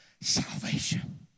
Salvation